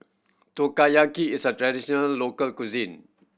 Takoyaki is a traditional local cuisine